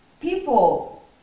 people